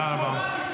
תודה רבה.